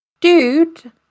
dude